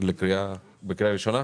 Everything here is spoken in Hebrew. אבל הוועדה בקדנציה הזאת לא